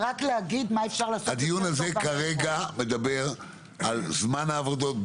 זה רק להגיד מה אפשר לעשות --- הדיון הזה כרגע מדבר על זמן העבודות,